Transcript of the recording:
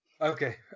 Okay